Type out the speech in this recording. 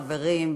חברים,